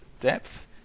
depth